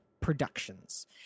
productions